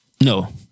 no